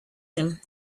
him